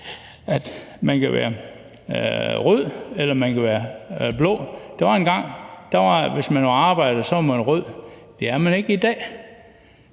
at man kan være rød, eller at man kan være blå. Der var engang, hvor man, hvis man var arbejder, var rød. Det er man ikke i dag.